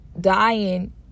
dying